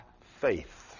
faith